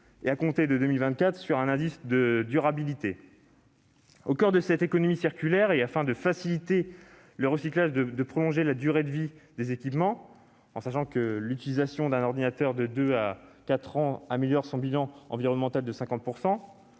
et, à compter de 2024, d'un indice de durabilité. Au coeur de cette économie circulaire, et afin de faciliter le recyclage et de prolonger la durée de vie des équipements- sachant que la prolongation de l'utilisation d'un ordinateur de deux à quatre ans améliore son bilan environnemental de 50